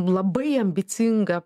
labai ambicingą